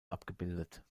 abgebildet